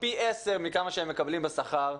פי עשר מכמה שהם מקבלים בשכר,